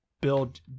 build